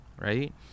right